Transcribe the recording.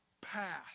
path